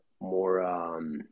more